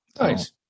Nice